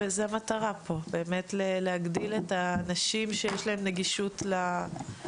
זאת המטרה פה להגדיל את כמות האנשים שיש להם נגישות למענה